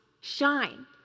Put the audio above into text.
shine